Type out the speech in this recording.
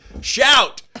shout